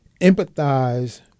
empathize